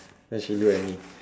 then she look at me